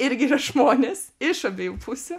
irgi yra žmonės iš abiejų pusių